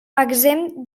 exempt